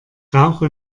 rauche